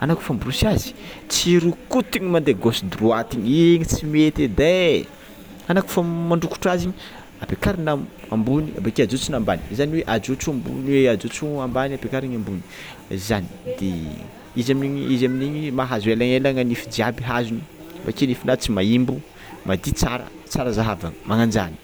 anao kôfa miborosy azy tsy rokotiny mandeha gauche droite igny, igny tsy mety edy e, anao kôfa mandrongotra azy ampakarinao ambony avekeo ajotsonao ambany zany hoe ampiakarinao ajotso ambany ampiakariny ambony zany, de izy amin'igny izy amin'igny mahazo elagnelagna nify jiaby hazony avakeo nifinao tsy maimbo, madio tsara, tsara zahavana magnanzany.